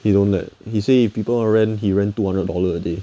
he don't let he say if people want to rent he rent two hundred dollar a day